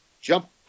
jump